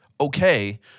okay